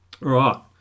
right